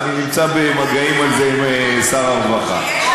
ואני נמצא במגעים על זה עם שר הרווחה.